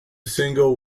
single